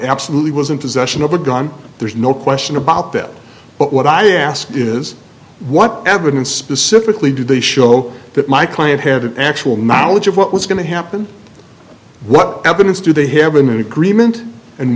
absolutely was in possession of a gun there's no question about that but what i ask is what evidence specifically do they show that my client had actual knowledge of what was going to happen what evidence do they have an agreement and